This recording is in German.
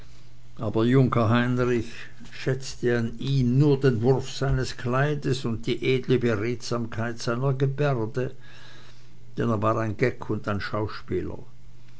aber junker heinrich schätzte an ihm nur den wurf seines kleides und die edle beredsamkeit seiner gebärde denn er war ein geck und ein schauspieler